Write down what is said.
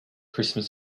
christmas